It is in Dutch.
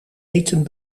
eten